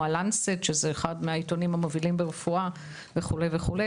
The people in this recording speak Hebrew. lancet שהוא אחד העיתונים המובילים ברפואה וכדומה,